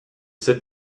sit